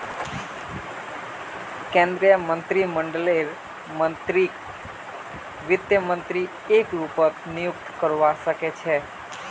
केन्द्रीय मन्त्रीमंडललेर मन्त्रीकक वित्त मन्त्री एके रूपत नियुक्त करवा सके छै